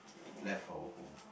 left our home